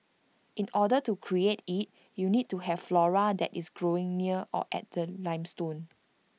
in order to create IT you need to have flora that is growing near or at the limestone